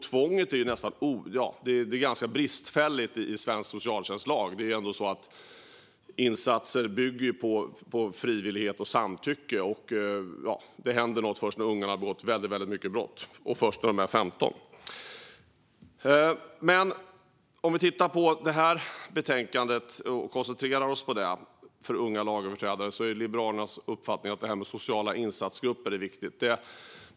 Tvånget är ganska bristfälligt i svensk socialtjänstlag. Insatser bygger på frivillighet och samtycke, och det händer någonting först när ungarna har begått väldigt många brott och först när de är 15 år. Om vi koncentrerar oss på detta betänkande om unga lagöverträdare är Liberalernas uppfattning att det är viktigt med sociala insatsgrupper.